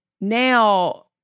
now